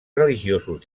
religiosos